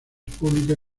pública